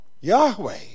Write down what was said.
Yahweh